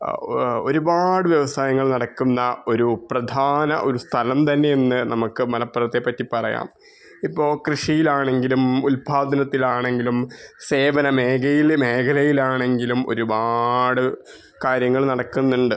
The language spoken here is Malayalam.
ഒരുപാട് വ്യവസായങ്ങൾ നടക്കുന്ന ഒരു പ്രധാന ഒര് സ്ഥലം തന്നെയെന്ന് നമുക്ക് മലപ്പുറത്തെ പറ്റി പറയാം ഇപ്പോൾ കൃഷിയിലാണെങ്കിലും ഉൽപ്പാദനത്തിലാണെങ്കിലും സേവന മേഖയില് മേഖലയിലാണെങ്കിലും ഒരുപാട് കാര്യങ്ങൾ നടക്കുന്നുണ്ട്